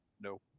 no